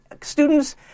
students